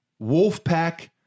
Wolfpack